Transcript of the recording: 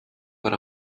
per